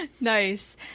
Nice